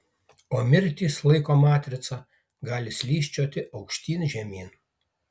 o mirtys laiko matrica gali slysčioti aukštyn žemyn